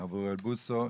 הרב אוריאל בוסו,